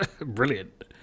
Brilliant